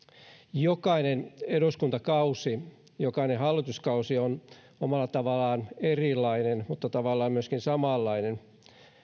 jokainen eduskuntakausi jokainen hallituskausi on omalla tavallaan erilainen mutta tavallaan myöskin samanlainen